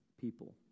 People